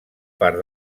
part